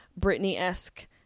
Britney-esque